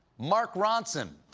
mark ronson!